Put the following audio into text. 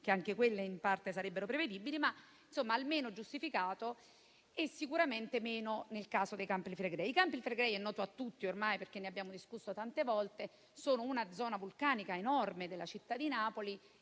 che anche quelle in parte sarebbero prevedibili, ma almeno è giustificato), sicuramente meno nel caso dei Campi Flegrei. I Campi Flegrei - com'è noto a tutti ormai, perché ne abbiamo discusso tante volte - sono una zona vulcanica enorme della città di Napoli,